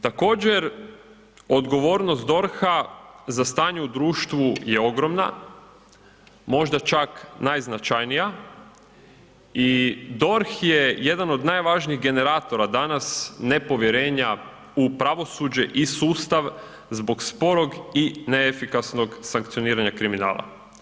Također odgovornost DORH-a za stanje u društvu je ogromna, možda čak najznačajnija i DORH je jedan od najvažnijih generatora danas nepovjerenja u pravosuđe i sustav zbog sporog i neefikasnog sankcioniranja kriminala.